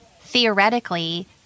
theoretically